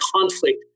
conflict